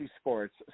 Sports